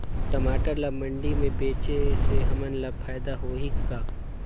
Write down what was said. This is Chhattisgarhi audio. टमाटर ला मंडी मे बेचे से हमन ला फायदा होही का?